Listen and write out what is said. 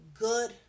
good